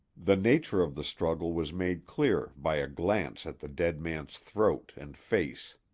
the nature of the struggle was made clear by a glance at the dead man's throat and face.